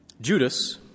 Judas